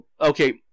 Okay